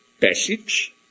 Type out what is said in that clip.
passage